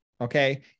Okay